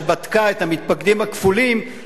שבדקה את המתפקדים הכפולים,